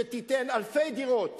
שתיתן אלפי דירות